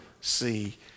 see